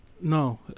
No